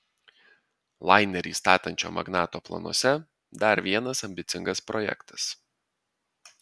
lainerį statančio magnato planuose dar vienas ambicingas projektas